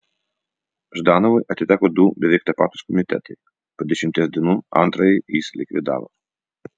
ždanovui atiteko du beveik tapatūs komitetai po dešimties dienų antrąjį jis likvidavo